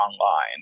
online